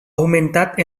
augmentat